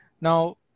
Now